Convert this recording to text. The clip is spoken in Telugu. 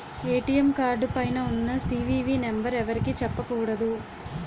ఏ.టి.ఎం కార్డు పైన ఉన్న సి.వి.వి నెంబర్ ఎవరికీ చెప్పకూడదు